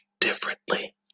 differently